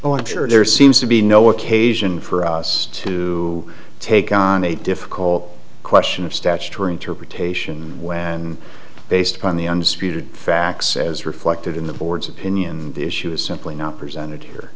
oh i'm sure there seems to be no occasion for us to take on a difficult question of statutory interpretation when based upon the undisputed facts as reflected in the board's opinion the issue is simply not presented here